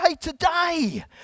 today